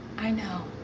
i know.